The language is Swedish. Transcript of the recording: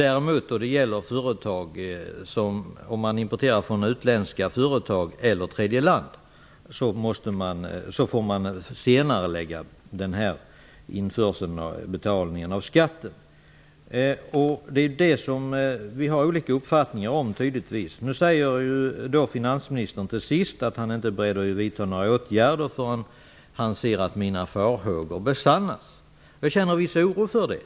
Om man däremot importerar från utländska företag eller från tredje land får man senarelägga den här införseln och betalningen av skatten. Det är tydligen det som vi har olika uppfattningar om. Nu säger finansministern till sist att han inte är beredd att vidta några åtgärder förrän han ser att mina farhågor besannats. Jag känner viss oro för det.